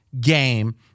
Game